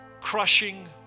crushing